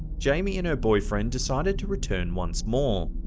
jamie and her boyfriend decided to return once more,